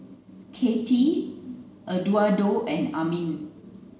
Kattie Eduardo and Amin